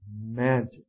magic